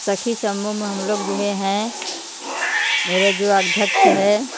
सखी समूह में हम लोग जुड़े हैं मेरे जो अध्यक्ष है